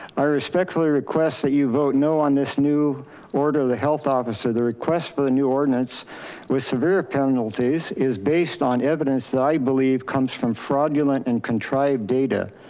i respectfully request that you vote no on this new order. the health officer, the request for new ordinance with severe penalties is based on evidence that i believe comes from fraudulent and contrived data.